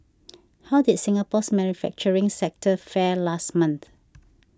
how did Singapore's manufacturing sector fare last month